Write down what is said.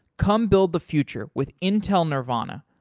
come build the future with intel nervana.